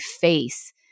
face